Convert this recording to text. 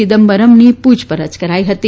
ચિદમ્બરમની પુછપરછ કરાઇ હતી